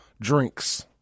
drinks